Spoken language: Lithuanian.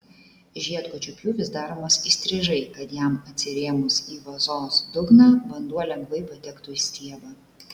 žiedkočio pjūvis daromas įstrižai kad jam atsirėmus į vazos dugną vanduo lengvai patektų į stiebą